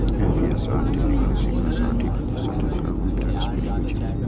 NPS सं अंतिम निकासी पर साठि प्रतिशत रकम टैक्स फ्री होइ छै